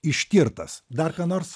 ištirtas dar ką nors